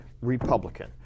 Republican